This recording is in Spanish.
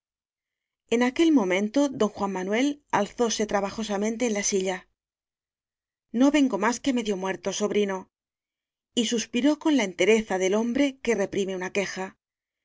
en aquel momento don juan manuel alzóse trabajosamente en la silla no vengo más que medio muerto so brino y suspiró con la entereza del hombre que reprime una queja